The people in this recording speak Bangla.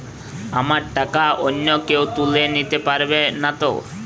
আমার টাকা অন্য কেউ তুলে নিতে পারবে নাতো?